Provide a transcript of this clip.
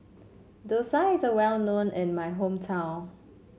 Dosa is a well known in my hometown